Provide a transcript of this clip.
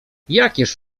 jakież